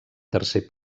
tercer